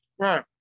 Right